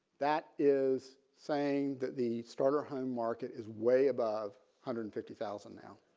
that is saying that the starter home market is way above hundred and fifty thousand now.